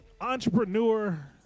entrepreneur